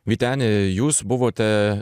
vyteni jūs buvote